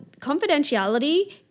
confidentiality